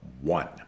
One